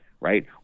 right